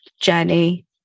journey